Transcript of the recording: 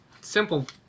simple